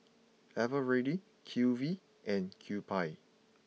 Eveready Q V and Kewpie